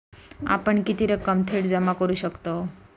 आपण किती रक्कम थेट जमा करू शकतव?